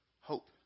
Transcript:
hope